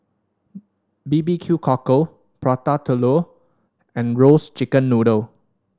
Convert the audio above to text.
B B Q Cockle Prata Telur and roast chicken noodle